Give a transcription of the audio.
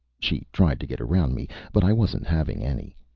she tried to get around me, but i wasn't having any.